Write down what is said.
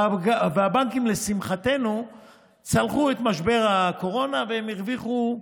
והבנקים לשמחתנו צלחו את משבר הקורונה והם הרוויחו,